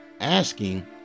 asking